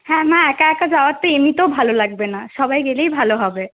হ্যাঁ মা একা একা যাওয়া তো এমনিতেও ভালো লাগবে না সবাই গেলেই ভালো হবে